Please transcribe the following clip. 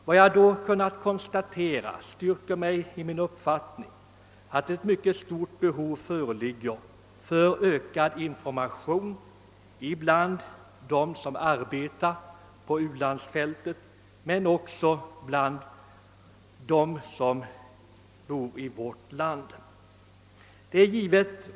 Vad jag då kunde konstatera styrkte mig i min uppfattning att ett mycket stort behov föreligger av ökad information både bland dem som arbetar på ulandsfältet och bland dem som bor i vårt land.